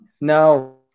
No